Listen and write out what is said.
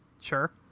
Sure